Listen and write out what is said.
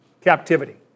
captivity